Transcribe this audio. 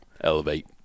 Elevate